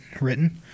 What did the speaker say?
written